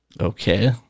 Okay